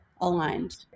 aligned